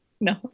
No